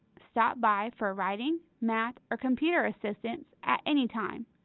stop by for writing, math, or computer assistance at any time.